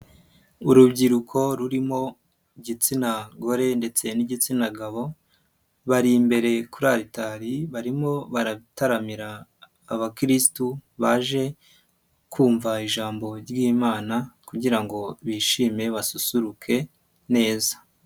Urubyiruko rurimo igitsina gore ndetse n'igitsina gabo bari imbere kuri alitari, barimo barataramira abakirisitu baje kumva ijambo ry'Imana kugira ngo bishime basusuruke neza.